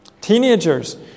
Teenagers